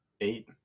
Eight